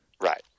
Right